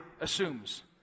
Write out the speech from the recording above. assumes